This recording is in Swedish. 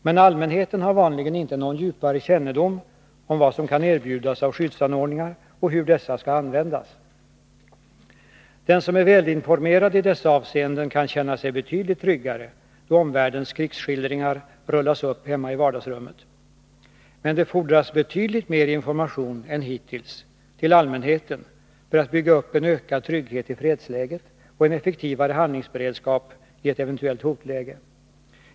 Men allmänheten har vanligen inte någon djupare kännedom om vad som kan erbjudas av skyddsanordningar och hur dessa skall användas. Den som är välinformerad i dessa avseenden kan känna sig betydligt tryggare då omvärldens krigsskildringar rullas upp hemma i vardagsrummet. Men det fordras betydligt mer information än hittills till allmänheten när det gäller att bygga upp en ökad trygghet i fredsläget och en effektivare handlingsberedskap i ett eventuellt hotläge.